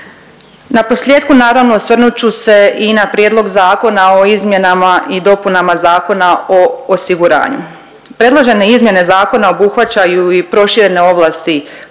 Naposljetku naravno osvrnut ću se i na Prijedlog Zakona o izmjenama i dopunama Zakona o osiguranju. Predložene izmjene zakona obuhvaćaju i proširene ovlasti